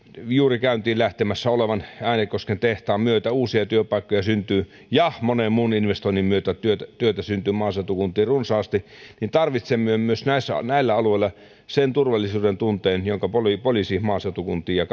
juuri käyntiin lähtemässä olevan äänekosken tehtaan myötä uusia työpaikkoja syntyy ja monen muun investoinnin myötä työtä työtä syntyy maaseutukuntiin runsaasti niin tarvitsemme myös näillä alueilla sen turvallisuudentunteen jonka poliisi poliisi maaseutukuntiin ja